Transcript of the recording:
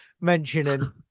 mentioning